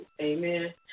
Amen